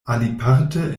aliparte